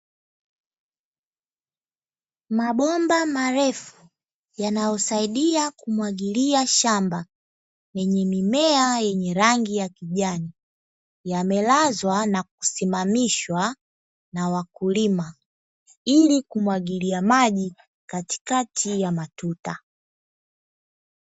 Mabomba marefu yanayosaidia kumwagilia shamba, lenye mimea yenye rangi ya kijani, yamelazwa na kusimamishwa na wakulima, ili kumwagilia maji katikati ya matuta.